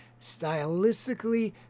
Stylistically